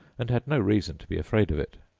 and had no reason to be afraid of it.